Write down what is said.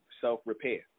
self-repair